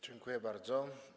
Dziękuję bardzo.